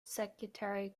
secretary